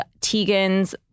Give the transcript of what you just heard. Tegan's